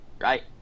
right